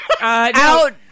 out